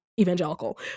evangelical